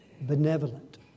benevolent